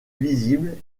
visible